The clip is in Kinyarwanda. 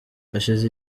hashize